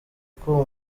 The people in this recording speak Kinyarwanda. uko